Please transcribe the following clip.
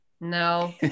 no